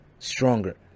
Stronger